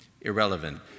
Irrelevant